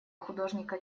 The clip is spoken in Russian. художника